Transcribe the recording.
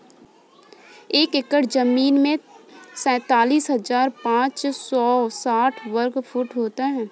एक एकड़ जमीन तैंतालीस हजार पांच सौ साठ वर्ग फुट होती है